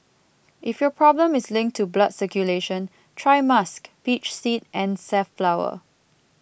if your problem is linked to blood circulation try musk peach seed and safflower